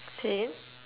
say again